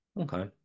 Okay